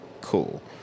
cool